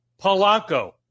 Polanco